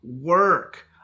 work